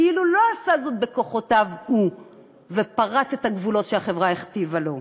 כאילו לא עשה זאת בכוחותיו הוא ופרץ את הגבולות שהחברה הכתיבה לו.